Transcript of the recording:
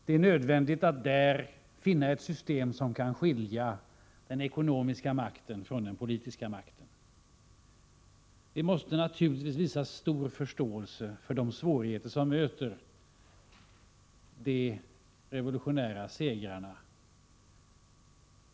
Det är nödvändigt att där finna ett system som kan skilja den ekonomiska makten från den politiska makten. Vi måste naturligtvis visa stor förståelse för de svårigheter som möter de revolutionära segrarna.